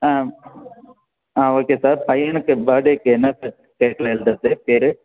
ஆ ஆ okay sir பையனுக்கு பேர்டேக்கு என்ன பேர் கேக்கில் எழுதுவது பேர்